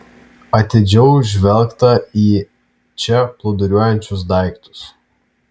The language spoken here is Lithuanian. atidžiau žvelgta į čia plūduriuojančius daiktus